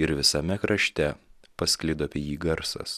ir visame krašte pasklido apie jį garsas